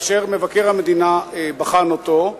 כאשר מבקר המדינה בחן אותו,